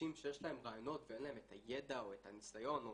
לאנשים שיש להם רעיונות ואין להם את הידע או את הניסיון או